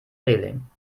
reling